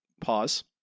pause